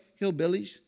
hillbillies